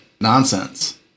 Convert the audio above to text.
nonsense